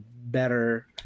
better